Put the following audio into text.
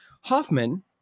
Hoffman